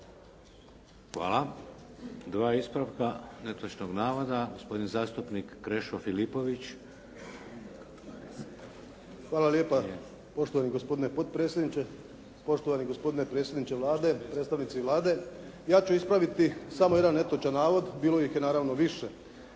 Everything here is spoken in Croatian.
Hvala. Dva ispravka netočnog navoda. Gospodin zastupnik Krešo Filipović. **Filipović, Krešo (HDZ)** Hvala lijepa. Poštovani gospodine potpredsjedniče, poštovani gospodine predsjedniče Vlade, predstavnici Vlade. Ja ću ispraviti samo jedan netočan navod, bilo ih naravno više,